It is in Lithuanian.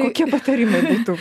kokie patarimai būtų